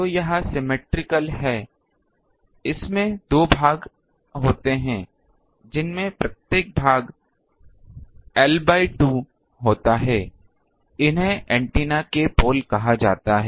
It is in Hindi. तो यह सिममेट्रिकल है इसमें दो ऐसे भाग होते हैं जिनमें से प्रत्येक भाग l2 होता है इन्हें एंटेना के पोल कहा जाता है